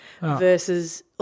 versus